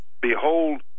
behold